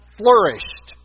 flourished